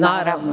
Naravno.